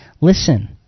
listen